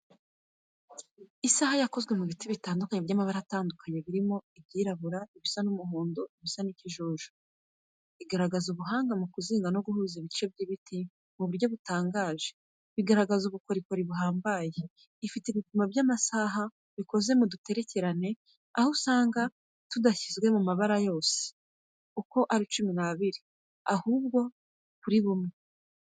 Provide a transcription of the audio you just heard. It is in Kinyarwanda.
Isaha yakozwe mu biti bitandukanye by’amabara atandukanye birimo ibirabura, ibisa n’umuhondo n’ibisa n’ikijuju. Igaragaza ubuhanga mu kuzinga no guhuza ibice by’ibiti mu buryo butangaje bigaragaza ubukorikori buhambaye. Ifite ibipimo by’amasaha bikoze mu duterekerane, aho usanga tudashyizwe ku masaha yose uko ari cumi n'abiri, ahubwo kuri bimwe.